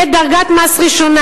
תהיה דרגת מס ראשונה,